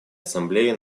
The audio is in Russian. ассамблеи